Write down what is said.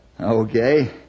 Okay